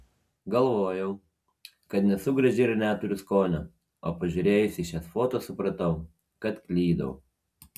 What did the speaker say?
galvojau kad nesu graži ir neturiu skonio o pažiūrėjusi šias foto supratau kad klydau